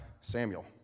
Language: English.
Samuel